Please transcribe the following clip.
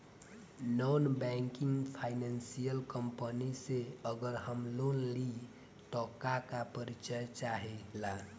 Non banking financial company से अगर हम लोन लि त का का परिचय चाहे ला?